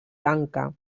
lanka